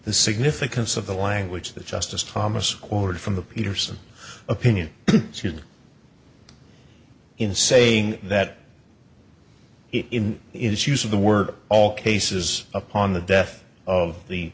the significance of the language that justice thomas quoted from the peterson opinion in saying that in its use of the word all cases upon the death of the